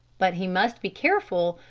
but he must be careful,